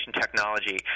technology